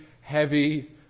heavy